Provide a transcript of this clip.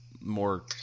more